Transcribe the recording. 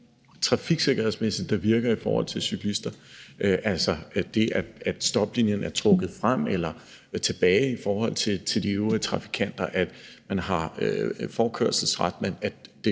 trafiksikkerhedsmæssige tiltag, der virker i forhold til cyklister. Det kan være det, at stoplinjen er trukket frem eller tilbage i forhold til de øvrige trafikanter, eller det, at man har forkørselsret,